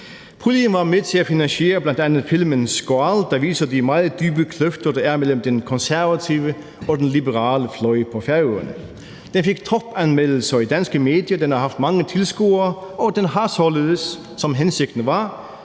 Puljen var med til at finansiere bl.a. filmen »Skál«, der viser de meget dybe kløfter, der er mellem den konservative og den liberale fløj på Færøerne. Den fik topanmeldelser i danske medier, den har haft mange tilskuere, og den har således, som hensigten var,